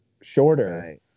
shorter